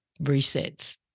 resets